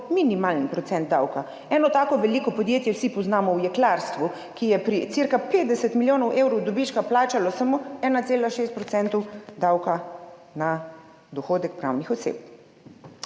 minimalni procent davka. Eno tako veliko podjetje vsi poznamo v jeklarstvu, ki je pri cirka 50 milijonih evrov dobička plačalo samo 1,6 % davka na dohodek pravnih oseb.